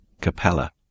Capella